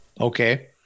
okay